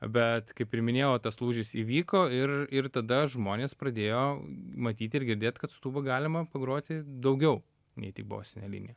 bet kaip ir minėjau tas lūžis įvyko ir ir tada žmonės pradėjo matyti ir girdėt kad su tūba galima pagroti daugiau nei tik bosinę liniją